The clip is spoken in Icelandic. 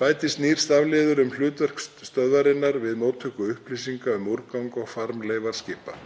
bætist nýr stafliður um hlutverk miðstöðvarinnar við móttöku upplýsinga um úrgang og farmleifar skipa.